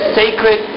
sacred